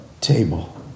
table